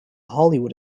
hollywood